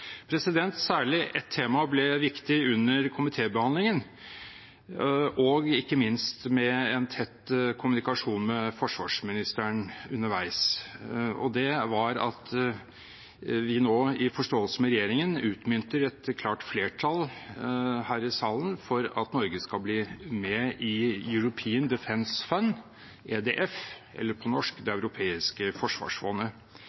Særlig ett tema ble viktig under komitébehandlingen, ikke minst med en tett kommunikasjon med forsvarsministeren underveis. Det var at vi nå i forståelse med regjeringen utmynter et klart flertall her i salen for at Norge skal bli med i European Defence Fund, EDF, eller på norsk: Det